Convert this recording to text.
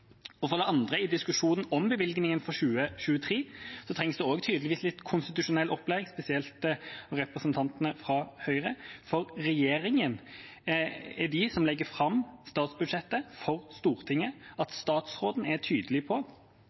I diskusjonen om bevilgningen for 2023 trengs det tydeligvis også litt konstitusjonell opplæring, spesielt for representantene fra Høyre, for regjeringa er de som legger fram statsbudsjettet for Stortinget. At statsråden er tydelig på